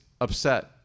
upset